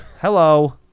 hello